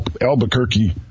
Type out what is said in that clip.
Albuquerque